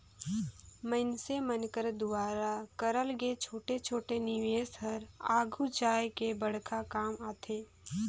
मइनसे मन कर दुवारा करल गे छोटे छोटे निवेस हर आघु जाए के बड़खा काम आथे